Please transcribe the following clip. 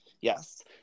Yes